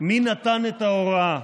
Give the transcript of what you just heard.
מי נתן את ההוראה?